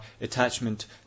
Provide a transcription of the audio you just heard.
attachment